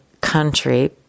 country